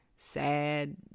sad